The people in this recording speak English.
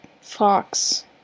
Fox